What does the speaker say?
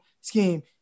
scheme